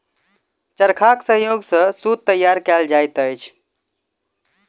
चरखाक सहयोग सॅ सूत तैयार कयल जाइत अछि